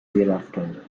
thereafter